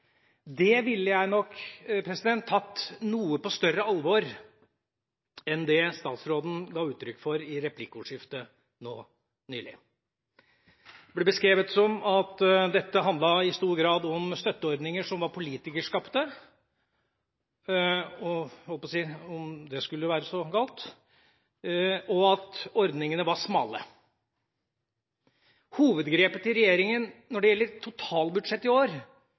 Det ville jeg nok tatt på noe større alvor enn det statsråden ga uttrykk for i replikkordskiftet nå nylig. Det ble beskrevet som at dette i stor grad handlet om støtteordninger som var politikerskapt – som om det skulle være så galt – og at ordningene var smale. Hovedgrepet til regjeringen når det gjelder totalbudsjettet i år,